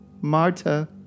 Marta